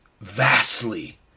vastly